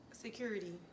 Security